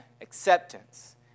acceptance